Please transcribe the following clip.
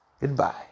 Goodbye